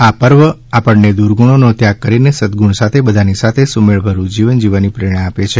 આ પર્વ આપણને દુર્ગુણોનો ત્યાગ કરીને સદગુણ સાથે બધાની સાથે સુમેળભર્યું જીવન જીવવાની પ્રેરણા આપે છે